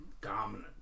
dominant